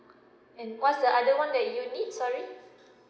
and what's the other one that you need sorry